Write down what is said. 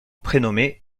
prénommé